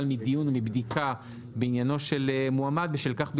לדיון בדיקה בעניינו של מועמד בשל כך בלבד,